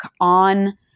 on